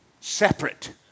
separate